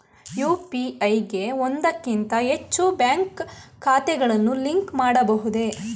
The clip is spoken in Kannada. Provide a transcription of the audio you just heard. ಯು.ಪಿ.ಐ ಗೆ ಒಂದಕ್ಕಿಂತ ಹೆಚ್ಚು ಬ್ಯಾಂಕ್ ಖಾತೆಗಳನ್ನು ಲಿಂಕ್ ಮಾಡಬಹುದೇ?